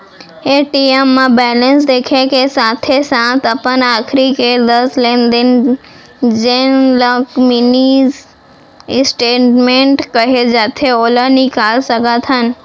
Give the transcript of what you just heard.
ATM म balance देखे के साथे साथ अपन आखरी के दस लेन देन जेन ल मिनी स्टेटमेंट कहे जाथे ओला निकाल सकत हन